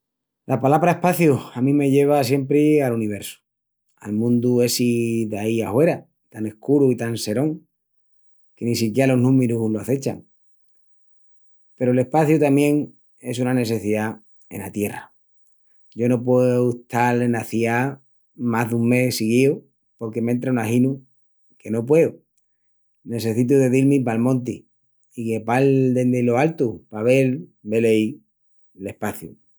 La palabra espaciu a mí me lleva siempri al universu. Al mundu essi daí ahuera tan escuru i tan serón, que ni siquiá los númirus lo acechan. Peru l'espaciu tamién es una nesseciá ena tierra. Yo no pueu estal ena ciá más dun mes siguíu porque m'entra un aginu que no pueu. Nessecitu de dil-mi pal monti i guipal dendi lo altu pa vel, veleí, l'espaciu.